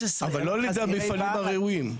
אבל לא על ידי המפעלים הראויים.